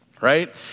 right